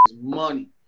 money